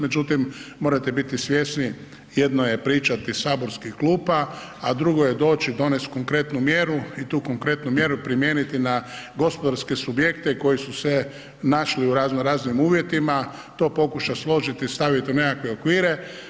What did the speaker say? Međutim, morate biti svjesni, jedno je pričati iz saborskih klupa, a drugo je doći i donest konkretnu mjeru i tu konkretnu mjeru primijeniti na gospodarske subjekte koji su se našli u razno raznim uvjetima, to pokuša složit i stavit u nekakve okvire.